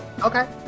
Okay